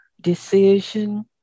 decision